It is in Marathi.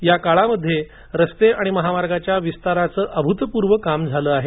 या काळामध्ये रस्ते आणि महामार्गांच्या विस्ताराचं अभूतपूर्व काम झालं आहे